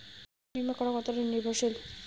বীমা করা কতোটা নির্ভরশীল?